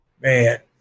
Man